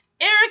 Eric